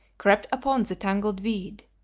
crept upon the tangled weed.